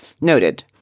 noted